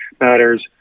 matters